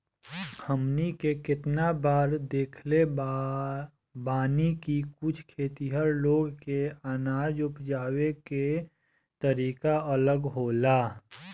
हमनी के केतना बार देखले बानी की कुछ खेतिहर लोग के अनाज उपजावे के तरीका अलग होला